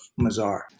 Mazar